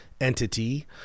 entity